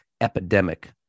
Epidemic